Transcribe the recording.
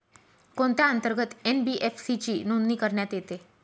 कोणत्या अंतर्गत एन.बी.एफ.सी ची नोंदणी करण्यात येते?